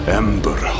ember